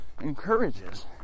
encourages